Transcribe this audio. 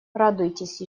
радуйтесь